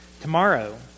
Tomorrow